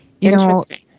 interesting